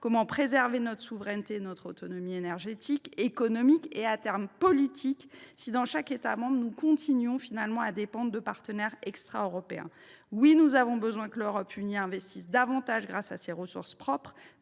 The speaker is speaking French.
Comment préserver notre souveraineté et notre autonomie énergétique, économique et, à terme, politique si chaque État membre continue de dépendre de partenaires extraeuropéens ? Oui, nous avons besoin que l’Europe unie investisse davantage grâce à ses ressources propres